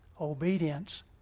obedience